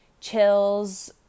chills